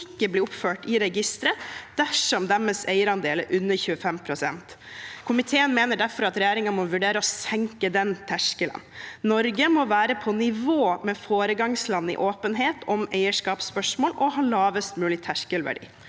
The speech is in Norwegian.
ikke blir oppført i registeret dersom deres eierandeler er under 25 pst. Komiteen mener derfor at regjeringen må vurdere å senke den terskelen. Norge må være på nivå med foregangsland i åpenhet om eierskapsspørsmål og ha lavest mulig terskelverdi.